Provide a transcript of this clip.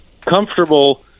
comfortable